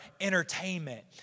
entertainment